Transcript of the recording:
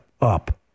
up